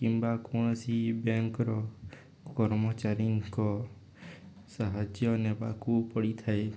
କିମ୍ବା କୌଣସି ବ୍ୟାଙ୍କର କର୍ମଚାରୀଙ୍କ ସାହାଯ୍ୟ ନେବାକୁ ପଡ଼ିଥାଏ